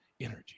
energy